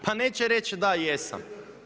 Pa neće reći da jesam.